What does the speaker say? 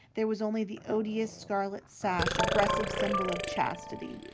there was only the odious scarlet sash, aggressive symbol of chastity.